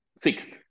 fixed